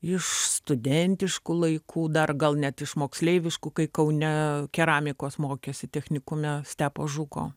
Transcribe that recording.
iš studentiškų laikų dar gal net iš moksleiviškų kai kaune keramikos mokėsi technikume stepo žuko